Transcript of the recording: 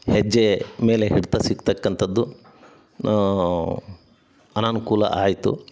ಹೆಜ್ಜೆ ಮೇಲೆ ಹಿಡಿತ ಸಿಗ್ತಕ್ಕಂಥದ್ದು ಅನಾನುಕೂಲ ಆಯಿತು